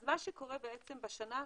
אז מה שקורה בעצם בשנה השוטפת,